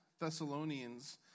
Thessalonians